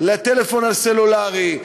לטלפון הסלולרי,